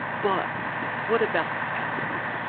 but what about anarcha?